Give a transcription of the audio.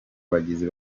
bagizi